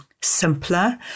simpler